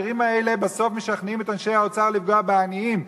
העשירים האלה בסוף משכנעים את אנשי האוצר לפגוע בעניים.